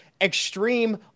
extreme